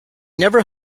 never